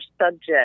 subject